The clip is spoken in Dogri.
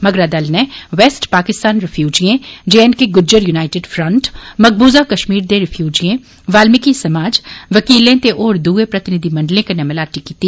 मगरा दल नै वैस्ट पाकिस्तान रिफ्यूजिएं जेएंडके गुजजर यूनाइटिड फ्रंट मकबूजा कश्मीर दे रिफ्यूजिएं बालमिकी समाज वकीलें ते होर दुए प्रतिनिधिमंडलें कन्नै मलाटी कीती